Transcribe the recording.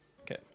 Okay